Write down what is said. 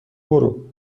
برو